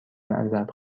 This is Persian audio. معذرت